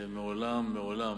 ומעולם, מעולם,